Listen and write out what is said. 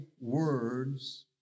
words